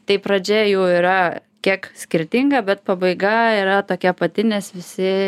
tai pradžia jų yra kiek skirtinga bet pabaiga yra tokia pati nes visi